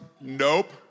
nope